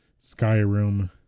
Skyrim